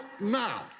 now